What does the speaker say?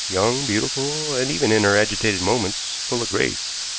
young, beautiful, and, even in her agitated movements, full of grace.